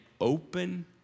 open